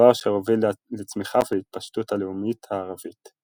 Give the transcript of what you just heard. דבר אשר הוביל לצמיחה ולהתפשטות הלאומיות הערבית.